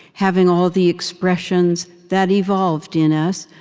having all the expressions that evolved in us,